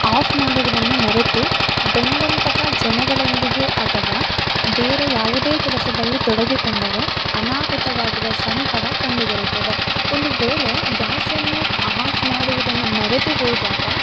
of ಮಾಡುವುದನ್ನು ಮರೆತು ಬಂದಂತಹ ಜನಗಳೊಂದಿಗೆ ಅಥವಾ ಬೇರೆ ಯಾವುದೇ ಕೆಲಸದಲ್ಲಿ ತೊಡಗಿಕೊಂಡರೆ ಅನಾಹುತವಾಗುವ ಸಂಭವ ಕಂಡುಬರುತ್ತದೆ ಒಂದು ವೇಳೆ ಗ್ಯಾಸನ್ನು ಆಫ್ ಮಾಡುವುದನ್ನು ಮರೆತು ಹೋದಾಗ